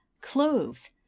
cloves